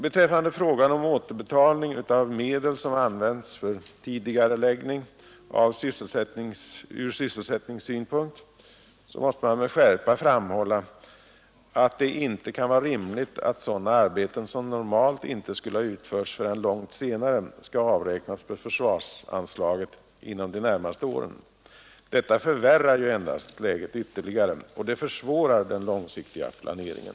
Beträffande frågan om återbetalning av medel som använts för tidigareläggning av projekt ur sysselsättningssynpunkt måste man med skärpa framhålla att det inte kan vara rimligt att sådana arbeten som normalt inte skulle ha utförts förrän långt senare skall avräknas på försvarsanslaget under de närmaste åren. Detta förvärrar endast läget ytterligare, och det försvårar den långsiktiga planeringen.